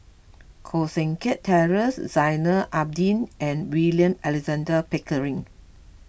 Koh Seng Kiat Terence Zainal Abidin and William Alexander Pickering